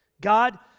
God